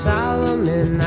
Solomon